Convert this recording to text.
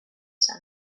zen